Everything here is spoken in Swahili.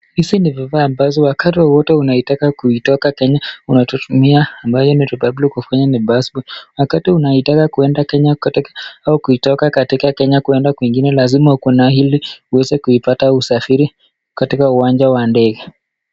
Hizi ni vifaa ambazo wakati wowote, ukitaka kutoka kenya unaweza kuitumia, wakati unaitaka kuenda kenya au kutoka kenya kuenda kwingine lazima kuwe na hili uweze kupata usafiri katika uwanja wa ndege.